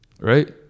Right